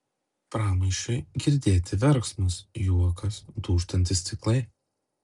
pramaišiui girdėti verksmas juokas dūžtantys stiklai